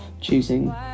choosing